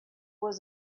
was